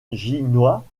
décidèrent